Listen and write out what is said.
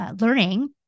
learning